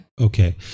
Okay